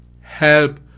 help